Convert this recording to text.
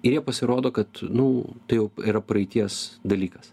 ir jie pasirodo kad nu tai jau yra praeities dalykas